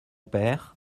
père